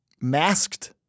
masked